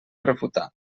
refutar